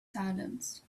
silence